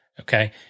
okay